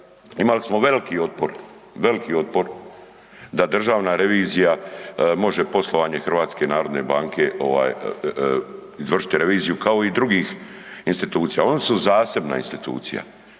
otpor, veliki otpor da Državna revizija može poslovanje HNB izvršiti reviziju kao i drugih institucija. Ali oni su zasebna institucija,